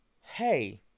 hey